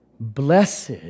Blessed